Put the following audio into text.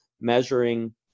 measuring